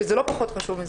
שזה לא פחות חשוב מזה.